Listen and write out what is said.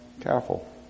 Careful